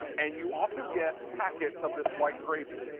and you also get pockets of this white gravy.